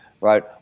Right